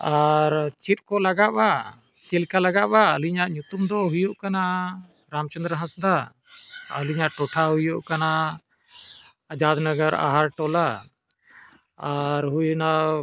ᱟᱨ ᱪᱮᱫ ᱠᱚ ᱞᱟᱜᱟᱜᱼᱟ ᱪᱮᱫ ᱞᱮᱠᱟ ᱞᱟᱜᱟᱜᱼᱟ ᱟᱹᱞᱤᱧᱟᱜ ᱧᱩᱛᱩᱢ ᱫᱚ ᱦᱩᱭᱩᱜ ᱠᱟᱱᱟ ᱨᱟᱢᱪᱚᱱᱫᱨᱚ ᱦᱟᱸᱥᱫᱟ ᱟᱹᱞᱤᱧᱟᱜ ᱴᱚᱴᱷᱟ ᱦᱩᱭᱩᱜ ᱠᱟᱱᱟ ᱟᱡᱟᱫᱽ ᱱᱚᱜᱚᱨ ᱟᱦᱟᱨ ᱴᱚᱞᱟ ᱟᱨ ᱦᱩᱭᱱᱟ